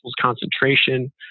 concentration